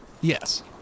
Yes